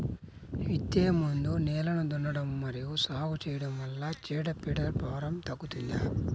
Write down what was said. విత్తే ముందు నేలను దున్నడం మరియు సాగు చేయడం వల్ల చీడపీడల భారం తగ్గుతుందా?